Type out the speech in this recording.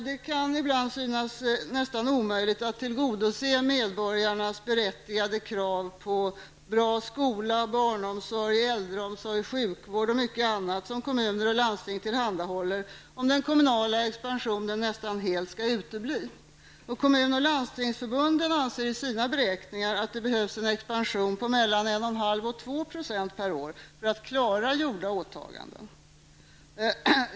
Det kan ibland synas nästan omöjligt att tillgodose medborgarnas berättigade krav på bra skola, barnomsorg, äldreomsorg, sjukvård och mycket annat som kommuner och landsting tillhandahåller, om den kommunala expansionen nästan helt skall utebli. Kommun och landstingsförbunden anser i sina beräkningar att det behövs en expansion på mellan 1,5 och 2 % per år för att klara gjorda åtaganden.